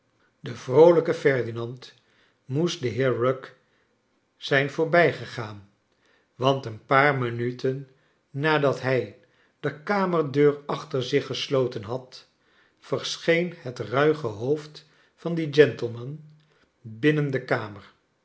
de vroolijke ferdinand moest den heer rugg zijn voorbijgegaan want een paar minuten nadat hij de kamerdeur achter zich gesloten had verscheen het ruige hoofd van dien gentleman binnen de kamer